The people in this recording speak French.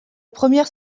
première